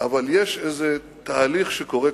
אבל יש איזה תהליך שקורה,